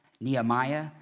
Nehemiah